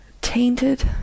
tainted